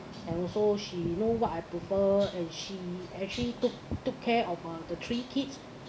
and also she you know what I prefer and she actually took took care of uh three kids